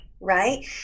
right